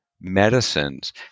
medicines